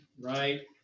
right